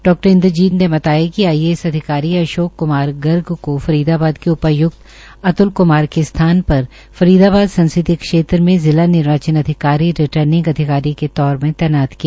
डा इन्द्रजीत ने बताया कि आईएएस अधिकारी अशोक कुमार गर्ग को फरीदाबाद के उपाय्क्त अत्ल क्मार के स्थान पर फरीदाबाद संसदीय क्षेत्र में जिला निर्वाचन अधिकारी रिर्टनिंग अधिकारी के तौर में तैनात किया